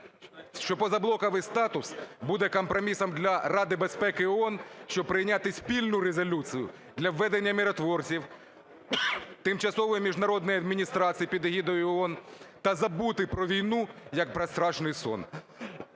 що позаблоковий статус буде компромісом для Ради Безпеки ООН, щоб прийняти спільну резолюцію для введення миротворців, тимчасової міжнародної адміністрації під егідою ООН та забути про війну, як про страшний сон.